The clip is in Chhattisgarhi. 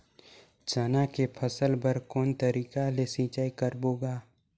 चना के फसल बर कोन तरीका ले सिंचाई करबो गा?